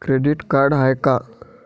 Credit card का हाय?